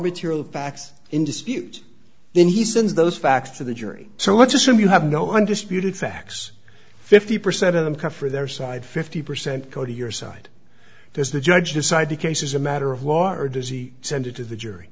material facts in dispute then he sends those facts to the jury so let's assume you have no undisputed facts fifty percent of them come for their side fifty percent go to your side there's the judge decide to cases a matter of law or does he send it to the jury